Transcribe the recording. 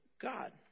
God